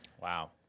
Wow